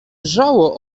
wrzało